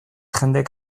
jendek